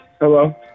Hello